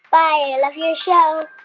i love your show